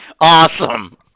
Awesome